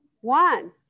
one